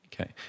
Okay